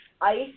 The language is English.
ICE